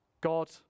God